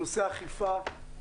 נושא אכיפה,